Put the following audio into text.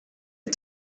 est